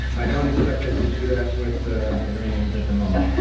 i don't expect us to do that with the the iranians at the moment